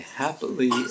happily